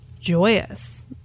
joyous